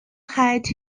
had